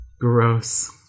Gross